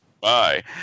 Bye